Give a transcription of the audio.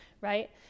right